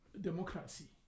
Democracy